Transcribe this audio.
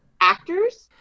actors